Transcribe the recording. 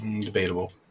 debatable